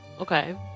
Okay